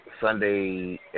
Sunday